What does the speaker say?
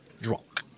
drunk